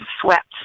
swept